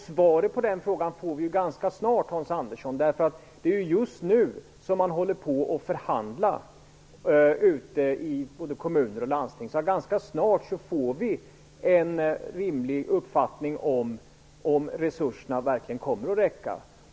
Svaret på det får vi ju ganska snart, Hans Andersson, eftersom man just nu förhandlar ute i kommuner och landsting. Då får vi en rimlig uppfattning i frågan om resurserna verkligen kommer att räcka.